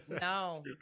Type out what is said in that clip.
No